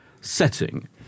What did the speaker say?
setting